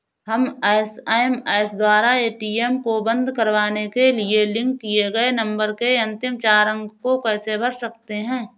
हम एस.एम.एस द्वारा ए.टी.एम को बंद करवाने के लिए लिंक किए गए नंबर के अंतिम चार अंक को कैसे भर सकते हैं?